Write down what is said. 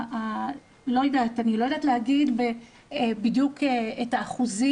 אני לא יודעת להגיד בדיוק את האחוזים